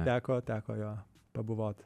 teko teko jo pabuvoti